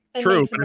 True